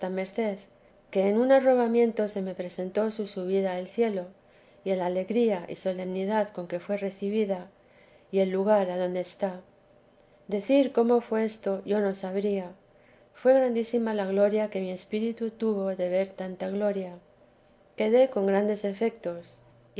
merced que en un arrobamiento se me representó su subida al cielo y el alegría y solemnidad con que fué recibida y el lugar adonde está decir cómo fué esto yo no sabría fué grandísima la gloria que mi espíritu tuvo de ver tanta gloria quedé con grandes efetos